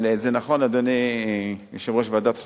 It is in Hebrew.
אבל זה נכון, אדוני יושב-ראש ועדת חוקה.